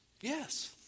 Yes